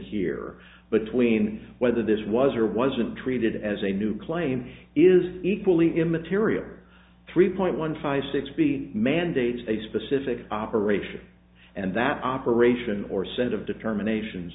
here between whether this was or wasn't treated as a new claim is equally immaterial three point one five six b mandates a specific operation and that operation or set of determination